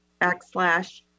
backslash